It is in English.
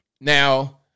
Now